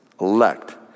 elect